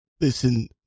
Listen